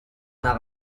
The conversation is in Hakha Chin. nak